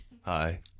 hi